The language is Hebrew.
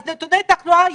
אז נתוני התחלואה ירדו.